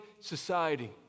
society